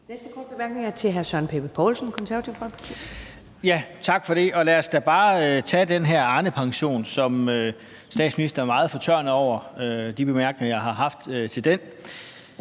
Næste korte bemærkning er til hr. Søren Pape Poulsen, Det Konservative Folkeparti. Kl. 22:13 Søren Pape Poulsen (KF) : Tak for det. Lad os da bare tage den her Arnepension, hvor statsministeren er meget fortørnet over de bemærkninger, jeg har haft til den.